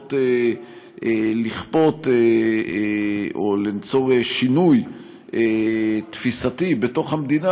לנסות לכפות או ליצור שינוי תפיסתי בתוך המדינה